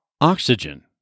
Oxygen